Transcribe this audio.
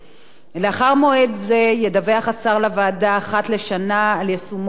לאחר מועד זה ידווח השר לוועדה אחת לשנה על יישומו של החוק.